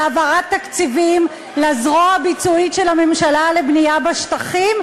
להעברת תקציבים לזרוע הביצועית של הממשלה לבנייה בשטחים,